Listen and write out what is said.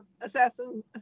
Assassin